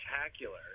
spectacular